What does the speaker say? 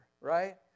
Right